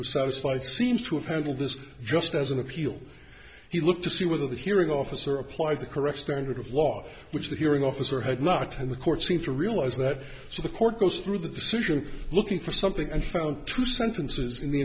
statute was satisfied seems to have handled this just as an appeal he looked to see whether the hearing officer applied the correct standard of law which the hearing officer had not and the court seemed to realize that so the court goes through the decision looking for something and found two sentences in the